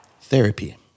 Therapy